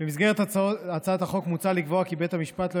במסגרת הצעת החוק מוצע לקבוע כי בית המשפט לא